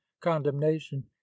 condemnation